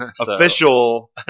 Official